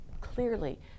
clearly